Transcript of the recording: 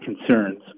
concerns